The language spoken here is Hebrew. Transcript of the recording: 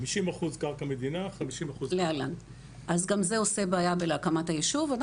אז גם זה עושה בעיה בהקמת הישוב.